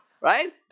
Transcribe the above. Right